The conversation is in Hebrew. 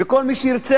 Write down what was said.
וכל מי שירצה,